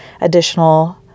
additional